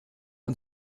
und